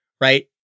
Right